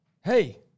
Hey